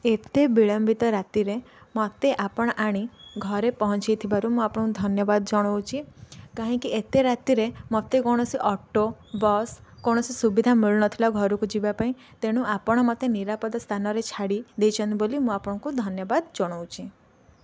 ଏତେ ବିଳମ୍ବିତ ରାତିରେ ମୋତେ ଆପଣ ଆଣି ଘରେ ପହଞ୍ଚାଇଥିବାରୁ ମୁଁ ଆପଣଙ୍କୁ ଧନ୍ୟବାଦ ଜଣାଉଛି କାହିଁକି ଏତେ ରାତିରେ ମୋତେ କୌଣସି ଅଟୋ ବସ୍ କୌଣସି ସୁବିଧା ମିଳୁନଥିଲା ଘରକୁ ଯିବା ପାଇଁ ତେଣୁ ଆପଣ ମୋତେ ନିରାପଦ ସ୍ଥାନରେ ଛାଡ଼ି ଦେଇଛନ୍ତି ବୋଲି ମୁଁ ଆପଣଙ୍କୁ ଧନ୍ୟବାଦ ଜଣାଉଛି